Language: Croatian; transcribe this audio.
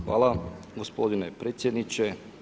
Hvala gospodine predsjedniče.